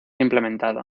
implementado